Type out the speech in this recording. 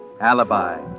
Alibi